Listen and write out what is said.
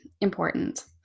important